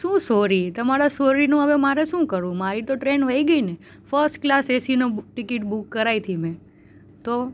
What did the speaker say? શું સોરી તમારા સોરીનું હવે મારે શું કરવું મારી તો ટ્રેન વઈ ગઈ ને ફસ્ટ ક્લાસ એસીનો ટિકિટ બુક કરાવી તી મેં તો